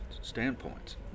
standpoints